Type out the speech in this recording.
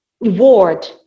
reward